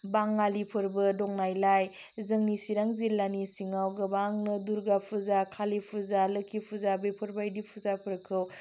बाङालिफोरबो दंनायलाय जोंनि सिरां जिल्लानि सिङाव गोबांनो दुर्गा फुजा कालि फुजा लोक्षि फुजा बेफोरबायदि फुजाफोरखौ